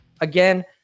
Again